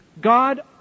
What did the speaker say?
God